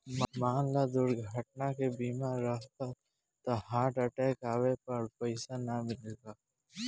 मान ल दुर्घटना के बीमा रहल त हार्ट अटैक आवे पर पइसा ना मिलता